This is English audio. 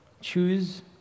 choose